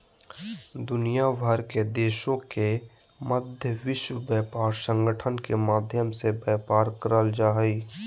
दुनिया भर के देशों के मध्य विश्व व्यापार संगठन के माध्यम से व्यापार करल जा हइ